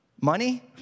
Money